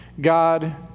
God